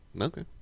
Okay